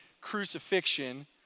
Crucifixion